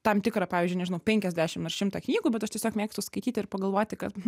tam tikrą pavyzdžiui nežinau penkiasdešim ar šimtą knygų bet aš tiesiog mėgstu skaityti ir pagalvoti kad